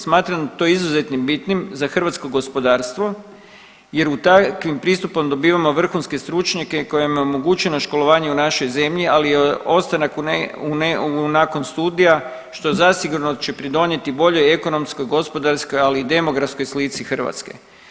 Smatram to izuzetno bitnim za hrvatsko gospodarstvo jer takvim pristupom dobivamo vrhunske stručnjake kojima je omogućeno školovanje u našoj zemlji, ali ostanak nakon studija što zasigurno će pridonijeti boljoj ekonomskoj, gospodarskoj, ali i demografskoj slici Hrvatske.